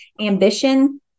ambition